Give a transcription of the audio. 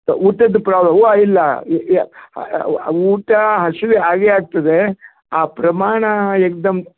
ಊಟದ್ದು ಇಲ್ಲ ಈ ಈ ಊಟ ಹಸಿವು ಆಗೇ ಆಗ್ತದೆ ಆ ಪ್ರಮಾಣ ಏಕ್ದಮ್